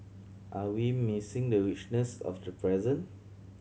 are we missing the richness of the present